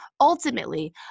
Ultimately